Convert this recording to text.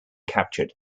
captured